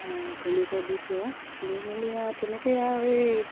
তেনেকৈ দিছোঁ আৰু লৈ মেলি আৰু তেনেকৈয়ে আৰু এই